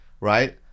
right